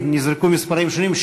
נזרקו מספרים שונים,